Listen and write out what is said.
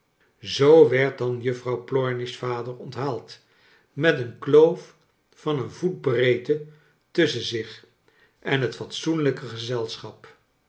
zoo werd dan juffrouw plornish vader onthaald met een kloof van een voet breedte tusschen zich en het fatsoenlijke gezelschap